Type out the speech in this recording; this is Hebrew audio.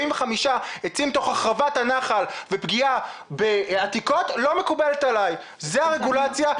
עצים תוך החרבת הנחל ופגיעה בעתיקות לא מקובלת עלי' זו הרגולציה,